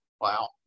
Wow